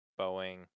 Boeing